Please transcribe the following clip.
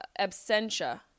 Absentia